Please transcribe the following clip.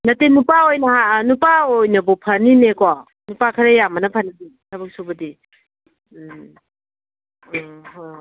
ꯅꯠꯇꯦ ꯅꯨꯄꯥ ꯑꯣꯏꯅ ꯑꯥ ꯅꯨꯄꯥ ꯑꯣꯏꯅꯕꯨ ꯐꯅꯤꯅꯦꯀꯣ ꯅꯨꯄꯥ ꯈꯔ ꯌꯥꯝꯕꯅ ꯐꯅꯤ ꯊꯕꯛ ꯁꯨꯕꯗꯤ ꯎꯝ ꯎꯝ ꯍꯣꯏ ꯍꯣꯏ